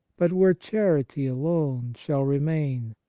but where charity alone shall remain,